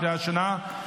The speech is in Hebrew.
בקריאה ראשונה.